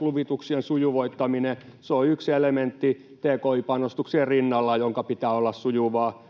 luvituksien sujuvoittaminen. Se on tki-panostuksien rinnalla yksi elementti, jonka pitää olla sujuvaa,